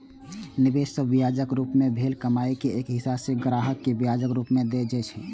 निवेश सं ब्याजक रूप मे भेल कमाइ के एक हिस्सा ओ ग्राहक कें ब्याजक रूप मे दए छै